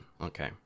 Okay